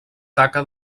taca